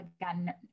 again